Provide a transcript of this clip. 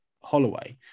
Holloway